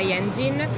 engine